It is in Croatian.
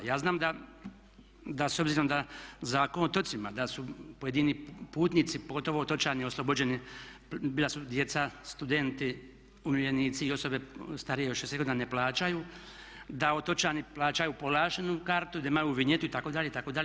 Ja znam da s obzirom da Zakon o otocima da su pojedini putnici pogotovo otočani oslobođeni, bila su djeca, studenti, umirovljenici i osobe starije od 60 godina ne plaćaju, da otočani plaćaju povlaštenu kartu i da imaju vinjetu itd. itd.